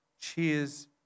cheers